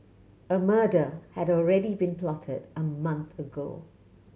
a murder had already been plotted a month ago